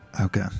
Okay